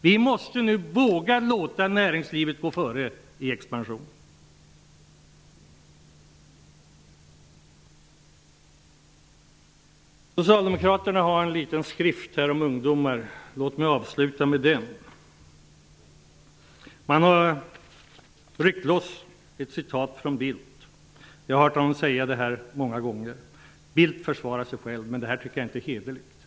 Vi måste nu våga låta näringslivet gå före i expansionen. Låt mig vidare ta upp en liten skrift som socialdemokraterna har utgivit och som handlar om ungdomar. Man har där ryckt loss ett citat av Bildt. Jag har hört honom säga detsamma många gånger. Bildt kan försvara sig själv, men jag tycker inte att detta är hederligt gjort.